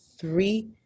three